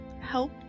help